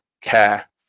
care